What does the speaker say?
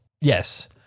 Yes